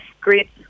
great